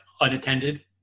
Unattended